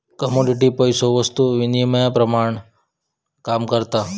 commodity पैसो वस्तु विनिमयाप्रमाण काम करता